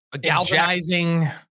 galvanizing